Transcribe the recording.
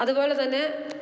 അതുപോലെ തന്നെ